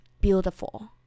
beautiful